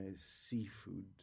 seafood